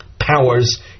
powers